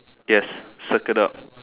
yes settled up